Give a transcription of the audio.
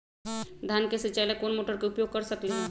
धान के सिचाई ला कोंन मोटर के उपयोग कर सकली ह?